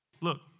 Look